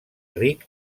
ric